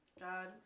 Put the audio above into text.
God